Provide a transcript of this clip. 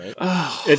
right